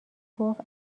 گفت